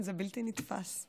זה בלתי נתפס.